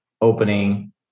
opening